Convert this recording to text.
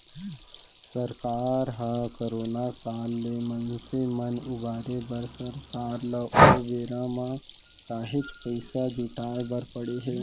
सरकार ह करोना काल ले मनसे मन उबारे बर सरकार ल ओ बेरा म काहेच पइसा जुटाय बर पड़े हे